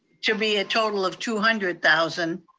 to be a total of two hundred thousand.